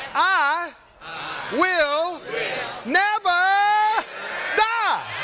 i will never die!